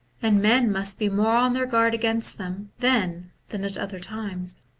and men must be more on their guard against them then than at other times.